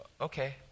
okay